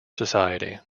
society